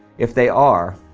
if they are,